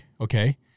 Okay